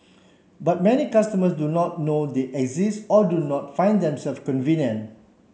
but many customers do not know they exist or do not find them self convenient